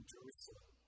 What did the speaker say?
Jerusalem